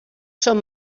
són